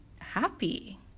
happy